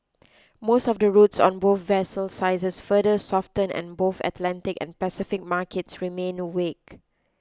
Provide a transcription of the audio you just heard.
most of the routes on both vessel sizes further softened and both Atlantic and Pacific markets remained weak